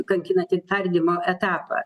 kankinantį tardymo etapą